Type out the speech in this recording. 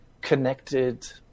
connected